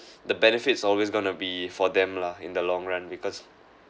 the benefit's always going to be for them lah in the long run because